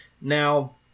Now